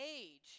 age